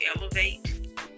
elevate